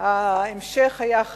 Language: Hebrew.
לחוסר שקט.